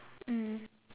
mm